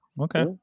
Okay